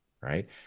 Right